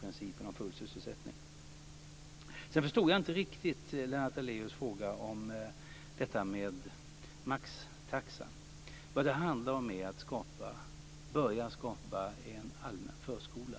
principen om full sysselsättning. Jag förstod inte riktigt Lennart Daléus fråga om detta med maxtaxa. Vad det handlar om är att börja skapa en allmän förskola.